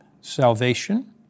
salvation